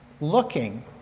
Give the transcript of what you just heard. looking